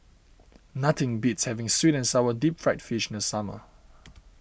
nothing beats having Sweet and Sour Deep Fried Fish in the summer